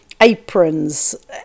aprons